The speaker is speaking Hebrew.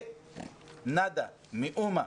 מאומה.